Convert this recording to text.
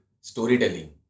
storytelling